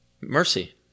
mercy